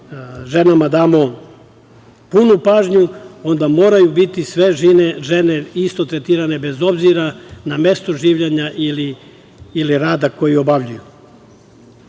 ženama damo punu pažnju, onda moraju biti sve žene isto tretirane, bez obzira na mesto življenja ili rada koji obavljaju. Drugu